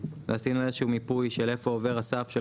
ועשינו איזשהו מיפוי של איפה עובר הסף של